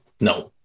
no